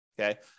Okay